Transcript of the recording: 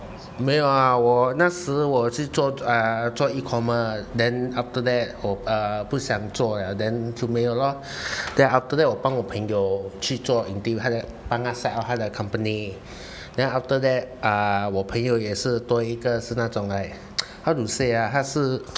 没有啊我那时我去啊去做 E commerce then after that uh 不想做了 then 就没有咯 then after that 我帮我朋友去做 retail 他在帮他 set up 他的 company then after that ah 我朋友也是多一个是那种 like how to say ah 他是